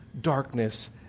darkness